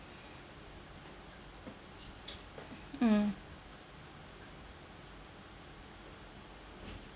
mm